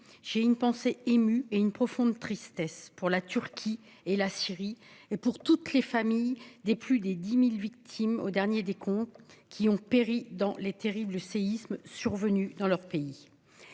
d'avoir une pensée émue pour la Turquie et la Syrie et pour toutes les familles des plus de 10 000 victimes, selon le dernier décompte, qui ont péri dans les terribles séismes survenus dans leurs pays.